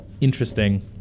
interesting